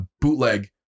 bootleg